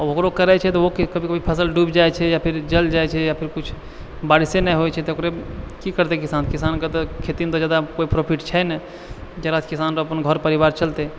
ओकरो करै छै तऽ ओहो फसल कभी कभी डुबि जाइ छै या फेर जल जाइ छै या फेर कुछ बारिशे नहि होइ छै ओकरे की करतै किसान किसानके तऽ खेतीमे कोइ ज्यादा प्रॉफिट छै नहि जकरासँ किसानके अपन घर परिवार चलतै